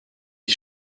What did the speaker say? ich